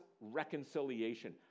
reconciliation